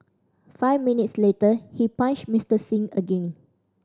five minutes later he punched Mister Singh again